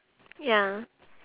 ya